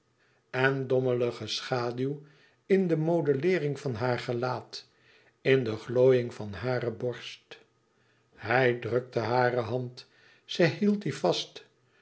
en dommelige schaduw in de modelleering van haar gelaat in de glooiïng van hare borst hij drukte hare hand zij hield die vast